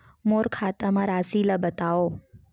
मोर खाता म राशि ल बताओ?